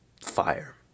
fire